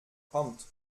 kommt